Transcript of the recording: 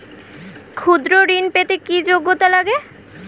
ক্ষুদ্র ঋণ পেতে কি যোগ্যতা লাগে?